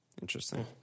Interesting